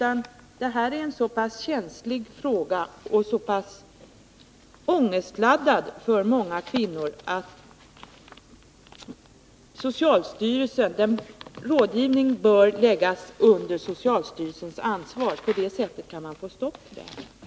Abortfrågan är så känslig och ångestladdad för många kvinnor att rådgivningen bör läggas under socialstyrelsens ansvar. På det sättet kan vi få stopp på denna verksamhet.